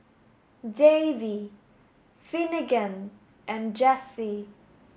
Davey Finnegan and Jessee